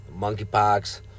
monkeypox